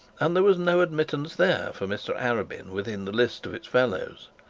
and there was no admittance there for mr arabin within the list of its fellows.